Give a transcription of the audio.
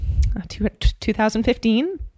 2015